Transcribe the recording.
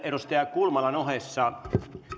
edustaja kulmalan ohella